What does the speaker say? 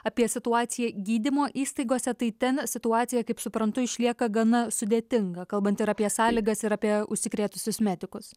apie situaciją gydymo įstaigose tai ten situacija kaip suprantu išlieka gana sudėtinga kalbant ir apie sąlygas ir apie užsikrėtusius medikus